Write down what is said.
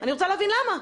אני רוצה להבין למה.